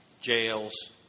jails